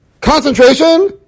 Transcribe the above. concentration